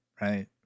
right